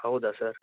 ಹೌದಾ ಸರ್